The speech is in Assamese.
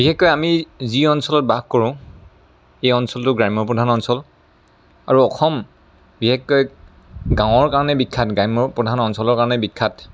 বিশেষকৈ আমি যি অঞ্চলত বাস কৰোঁ সেই অঞ্চলটো গ্ৰাম্য প্ৰধান অঞ্চল আৰু অসম বিশেষকৈ গাঁৱৰ কাৰণে বিখ্যাত গ্ৰাম্য প্ৰধান অঞ্চলৰ কাৰণ বিখ্যাত